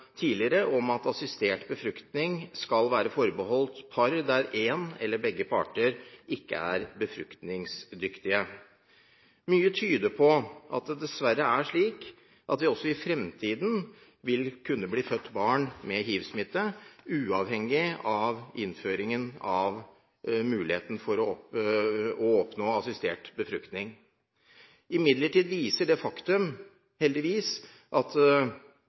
tidligere vært bred enighet i denne sal om at assistert befruktning skal være forbeholdt par der én eller begge parter ikke er befruktningsdyktige. Mye tyder på at det dessverre er slik at det også i fremtiden vil kunne bli født barn med hivsmitte, uavhengig av innføringen av muligheten for å oppnå assistert befruktning. Imidlertid viser det faktum at det heldigvis